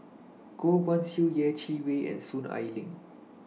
Goh Guan Siew Yeh Chi Wei and Soon Ai Ling